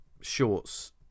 shorts